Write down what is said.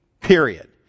period